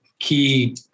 Key